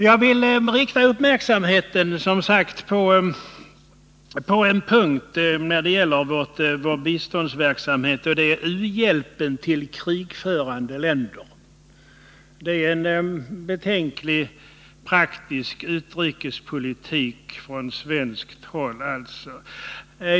Jag vill rikta uppmärksamheten på en punkt i vår biståndsverksamhet, och det är u-hjälpen till krigförande länder — en betänklig praktisk utrikespolitik från svenskt håll.